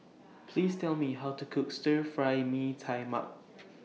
Please Tell Me How to Cook Stir Fry Mee Tai Mak